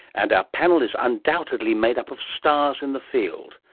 and our panel is undoubtedly made up of stars in the field,